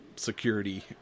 security